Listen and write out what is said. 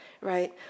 right